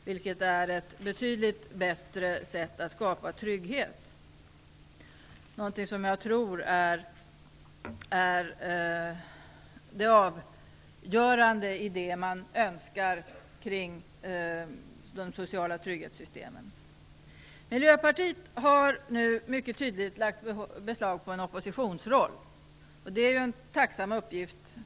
Det är ett betydligt bättre sätt att skapa trygghet - någonting som jag tror är avgörande i det man önskar kring de sociala trygghetssystemen. Miljöpartiet har nu mycket tydligt lagt beslag på en oppositionsroll. Det är en tacksam uppgift.